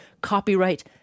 copyright